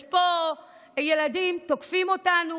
יש פה ילדים שתוקפים אותנו.